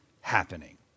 happening